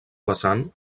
vessant